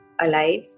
alive